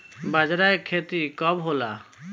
बजरा के खेती कब होला?